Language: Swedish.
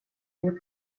och